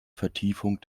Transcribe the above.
vertiefung